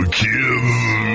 give